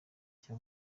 cya